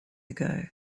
ago